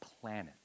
planet